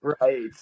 Right